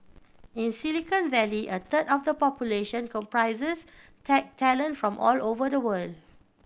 in Silicon Valley a third of the population comprises tech talent from all over the world